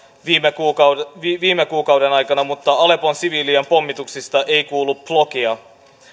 viime kuukauden viime kuukauden aikana mutta aleppon siviilien pommituksista ei kuulu plokia